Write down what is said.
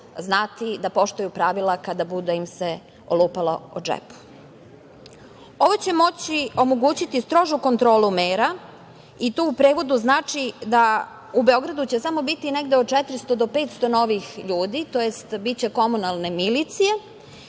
znati da poštuju pravila kada im se bude olupalo o džep. Ovo će omogućiti strožiju kontrolu mera i to u prevodu znači da će u Beogradu biti samo negde do 400, 500 novih ljudi, tj. biće komunalne milicije